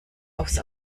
aufs